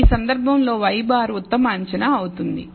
ఈ సందర్భంలో y bar ఉత్తమ అంచనా అవుతుంది